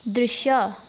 दृश्य